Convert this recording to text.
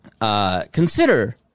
Consider